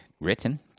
Written